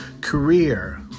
career